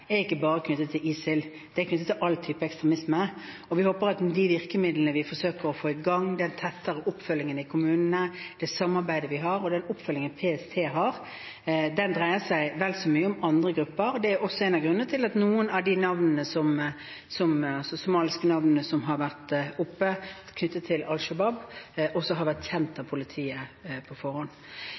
ikke bare er knyttet til ISIL. Det er knyttet til alle typer ekstremisme, og vi håper at med de virkemidlene vi forsøker å få i gang, den tettere oppfølgingen i kommunene, det samarbeidet vi har, og den oppfølgingen PST har – den dreier seg vel så mye om andre grupper, og det er også en av grunnene til at noen av de somaliske navnene som har vært oppe knyttet til Al Shabaab, også har vært kjent av politiet på forhånd.